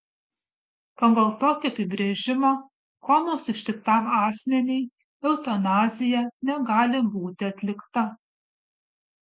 pagal tokį apibrėžimą komos ištiktam asmeniui eutanazija negali būti atlikta